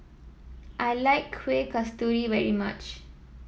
I like Kuih Kasturi very much